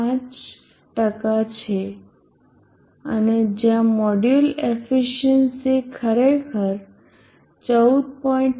5 છે અને જ્યાં મોડ્યુલ એફિસિયન્સી ખરેખર 14